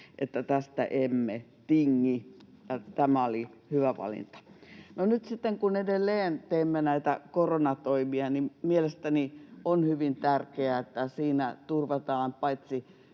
että tästä emme tingi. Tämä oli hyvä valinta. Nyt sitten, kun edelleen teemme näitä koronatoimia, on mielestäni hyvin tärkeää, että siinä turvataan tukea